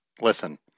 Listen